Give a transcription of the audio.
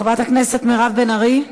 חברת הכנסת מירב בן ארי,